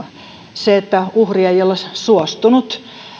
se että uhri ei ole suostunut